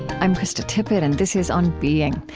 i'm krista tippett, and this is on being.